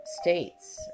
states